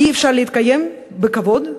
אי-אפשר להתקיים בכבוד,